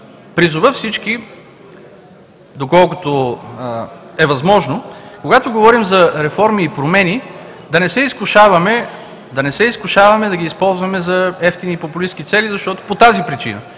призова всички доколкото е възможно, когато говорим за реформи и промени, да не се изкушаваме да ги използваме за евтини и популистки цели именно по тази причина